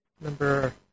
number